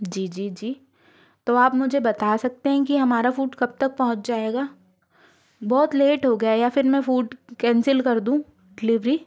जी जी जी तो आप मुझे बता सकते हैं कि हमारा फूड कब तक पहुँच जाएगा बहुत लेट हो गया या फिर मैं फूड कैंसिल कर दूँ डिलीवरी